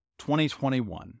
2021